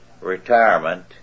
retirement